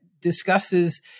discusses